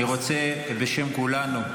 אני רוצה, בשם כולנו,